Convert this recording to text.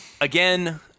Again